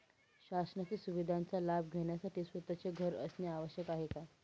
शासनाच्या सुविधांचा लाभ घेण्यासाठी स्वतःचे घर असणे आवश्यक आहे का?